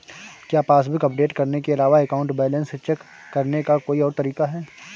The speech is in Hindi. क्या पासबुक अपडेट करने के अलावा अकाउंट बैलेंस चेक करने का कोई और तरीका है?